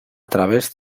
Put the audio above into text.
través